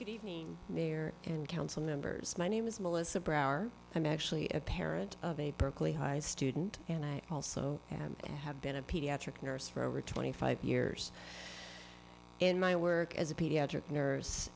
good evening mayor and council members my name is melissa brower i'm actually a parent of a berkeley high student and i also have been a pediatric nurse for over twenty five years in my work as a pediatric nurse